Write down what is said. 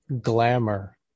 glamour